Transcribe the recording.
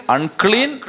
Unclean